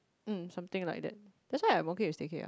mm something like that that's why I'm okay with staycay ah